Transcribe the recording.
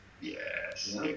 Yes